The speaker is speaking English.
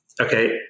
okay